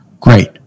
great